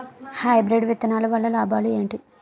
Hybrid విత్తనాలు వల్ల లాభాలు ఏంటి?